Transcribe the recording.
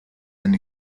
and